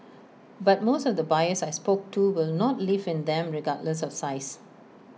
but most of the buyers I spoke to will not live in them regardless of size